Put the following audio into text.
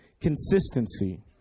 consistency